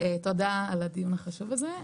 תודה על הדיון החשוב הזה.